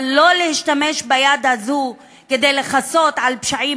אבל לא להשתמש ביד הזאת כדי לכסות על פשעים